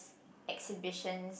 exhibitions